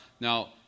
Now